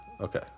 Okay